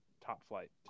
top-flight